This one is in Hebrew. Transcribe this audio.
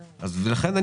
לכן,